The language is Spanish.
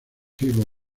cable